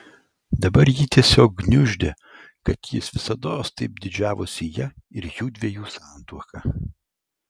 dabar jį tiesiog gniuždė kad jis visados taip didžiavosi ja ir jųdviejų santuoka